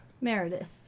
Meredith